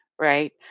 right